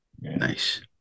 nice